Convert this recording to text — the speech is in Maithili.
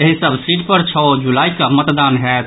एहि सभ सीट पर छओ जुलाई कऽ मतदान होयत